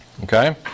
okay